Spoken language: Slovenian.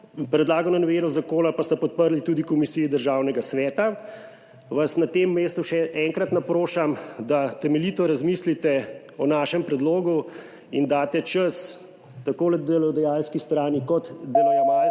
predlagano novelo zakona pa sta podprli tudi komisiji Državnega sveta, vas na tem mestu še enkrat naprošam, da temeljito razmislite o našem predlogu in daste čas tako delodajalski strani kot delojemalski,